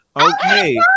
Okay